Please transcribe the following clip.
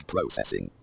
Processing